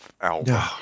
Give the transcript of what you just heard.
album